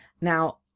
now